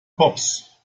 pops